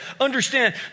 Understand